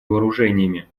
вооружениями